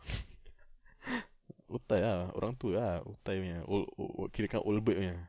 otai ah orang tua ah otai punya old old old kirakan old blood punya